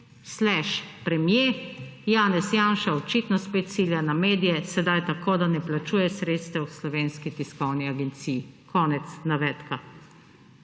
sleš, premier Janez Janša očitno spet cilja na medije, sedaj tako, da ne plačuje sredstev Slovenski tiskovni agenciji«, konec navedka.